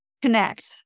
Connect